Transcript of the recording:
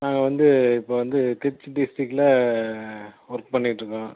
நாங்கள் வந்து இப்போ வந்து திருச்சி டிஸ்ட்டிக்கில் ஒர்க் பண்ணிட்டுருக்கோம்